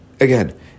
again